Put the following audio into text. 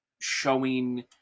showing